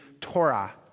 Torah